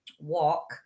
walk